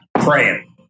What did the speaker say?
praying